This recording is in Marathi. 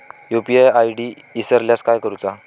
यू.पी.आय आय.डी इसरल्यास काय करुचा?